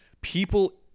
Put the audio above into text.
people